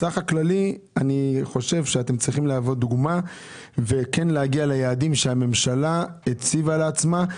בסך הכללי אתם צריכים להוות דוגמה ולהגיע ליעדים שהממשלה הציבה לעצמה.